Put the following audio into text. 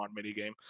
minigame